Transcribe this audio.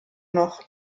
noch